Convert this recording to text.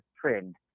trend